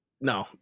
no